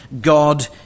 God